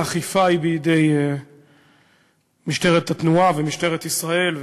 האכיפה היא בידי משטרת התנועה ומשטרת ישראל,